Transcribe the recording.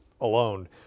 alone